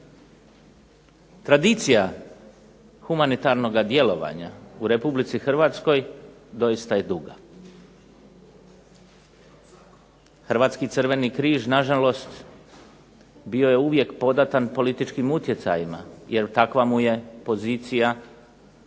Tradicija humanitarnoga djelovanja u Republici Hrvatskoj doista je duga. Hrvatski Crveni križ na žalost bio je uvijek podatan političkim utjecajima, jer takva mu je pozicija